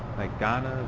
like ghana,